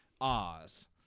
Oz